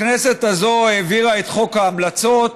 הכנסת הזו העבירה את חוק ההמלצות,